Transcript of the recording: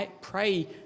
pray